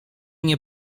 nie